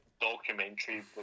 documentary